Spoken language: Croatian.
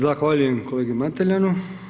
Zahvaljujem kolegi Mateljanu.